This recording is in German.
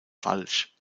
falsch